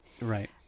Right